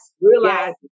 Realize